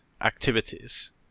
activities